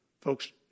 Folks